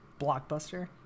Blockbuster